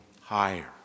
higher